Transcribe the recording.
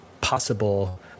possible